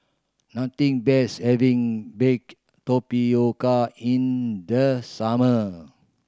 nothing beats having baked tapioca in the summer